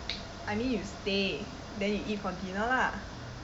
I mean you stay then you eat for dinner lah